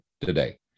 today